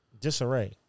disarray